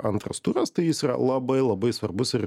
antras turas tai jis yra labai labai svarbus ir